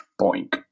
boink